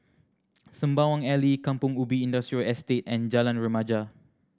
Sembawang Alley Kampong Ubi Industrial Estate and Jalan Remaja